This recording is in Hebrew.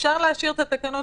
פה גם קשרת אותו להמשך התהליך.